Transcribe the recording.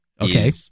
Okay